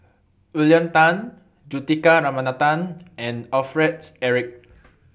William Tan Juthika Ramanathan and Alfred Eric